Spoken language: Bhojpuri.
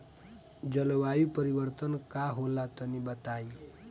जलवायु परिवर्तन का होला तनी बताई?